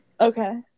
okay